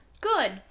Good